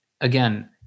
again